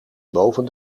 boven